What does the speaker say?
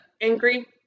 angry